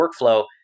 workflow